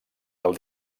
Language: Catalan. del